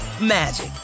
magic